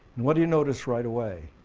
what do you notice right away?